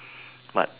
but